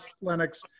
Lennox